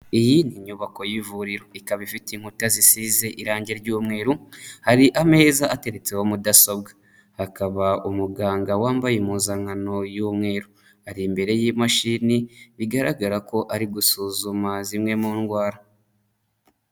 Iyi ni inyubako y'ivuriro, ikaba ifite inkuta zisize irangi ry'umweru, hari ameza ateretseho mudasobwa, hakaba umuganga wambaye impuzankano y'umweru. Ari imbere y'imashini, bigaragara ko ari gusuzuma zimwe mu ndwara.